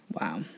Wow